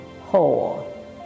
whole